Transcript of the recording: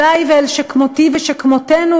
אלי ואל שכמותי ושכמותנו,